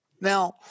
Now